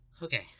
Okay